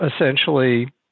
essentially